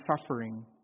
suffering